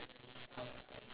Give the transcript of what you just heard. ya I know I know